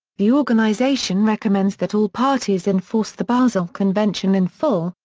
the organisation recommends that all parties enforce the basel convention in full,